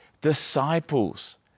disciples